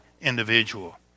individual